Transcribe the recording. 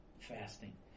fasting